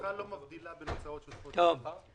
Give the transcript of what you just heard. הנוסחה לא מבדילה בין הוצאות שוטפות להוצאות קבועות.